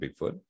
bigfoot